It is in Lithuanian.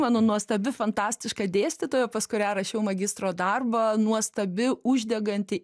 mano nuostabi fantastiška dėstytoja pas kurią rašiau magistro darbą nuostabi uždeganti